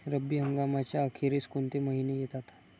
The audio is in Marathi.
रब्बी हंगामाच्या अखेरीस कोणते महिने येतात?